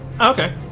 Okay